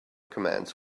commands